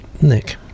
nick